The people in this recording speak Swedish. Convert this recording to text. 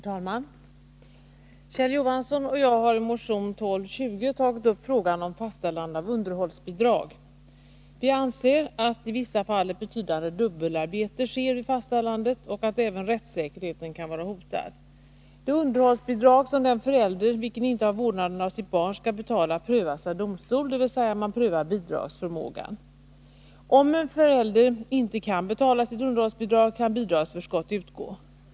Herr talman! Kjell Johansson och jag har i motion 1220 tagit upp frågan om fastställande av underhållsbidrag. Vi anser att i vissa fall ett betydande dubbelarbete sker vid fastställandet och att även rättssäkerheten kan vara hotad. Det underhållsbidrag som den förälder vilken inte har vårdnaden om sitt barn skall betala prövas av domstol, dvs. man prövar bidragsförmågan. Om en förälder inte kan betala sitt underhållsbidrag kan bidragsförskott utgå.